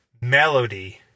melody